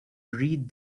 read